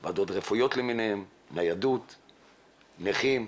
ועדות רפואיות למיניהן, ניידות, נכים.